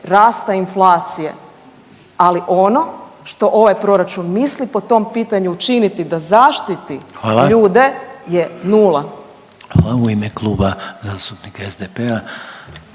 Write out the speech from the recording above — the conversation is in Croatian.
rasta inflacije, ali ono što ovaj proračun misli po tom pitanju činiti da zaštiti ljude je nula. **Reiner, Željko (HDZ)** Hvala.